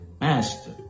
master